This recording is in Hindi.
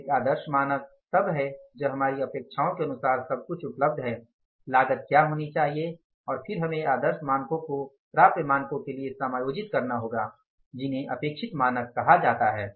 तो एक मानक आदर्श मानक तब है जब हमारी अपेक्षाओं के अनुसार सब कुछ उपलब्ध है लागत क्या होनी चाहिए और फिर हमें आदर्श मानकों को प्राप्य मानकों के लिए समायोजित करना होगा जिन्हें अपेक्षित मानक कहा जाता है